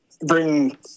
bring